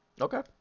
okay